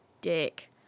dick